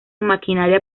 maquinaria